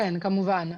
כן, כמובן.